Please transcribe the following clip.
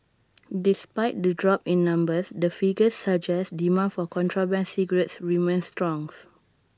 despite the drop in numbers the figures suggest demand for contraband cigarettes remains strong